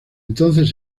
entonces